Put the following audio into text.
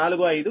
45 KV